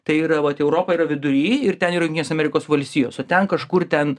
tai yra vat europa yra vidury ir ten yra jungtinės amerikos valstijos o ten kažkur ten